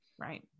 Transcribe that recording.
Right